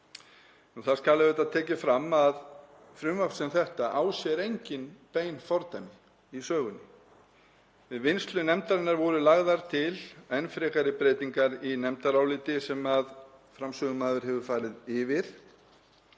Það skal tekið fram að frumvarp sem þetta á sér engin bein fordæmi í sögunni. Við vinnslu nefndarinnar voru lagðar til enn frekari breytingar í nefndaráliti sem framsögumaður hefur farið yfir.